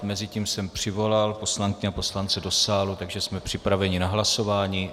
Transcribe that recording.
Mezitím jsem přivolal poslankyně a poslance do sálu, takže jsme připraveni na hlasování.